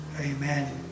Amen